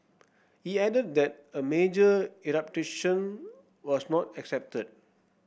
he added that a major eruption was not expected